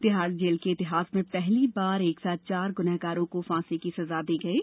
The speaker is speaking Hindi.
तिहाड़ जेल के इतिहास में पहली बार एक साथ चार गुनाहगारों को फांसी दी गई है